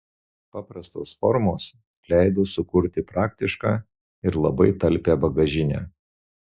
paprastos formos leido sukurti praktišką ir labai talpią bagažinę